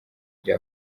bya